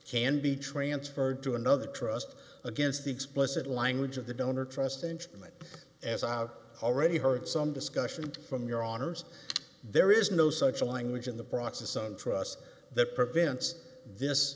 can be transferred to another trust against the explicit language of the donor trust in treatment as i have already heard some discussion from your honour's there is no such a language in the process on trust that prevents